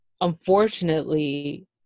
unfortunately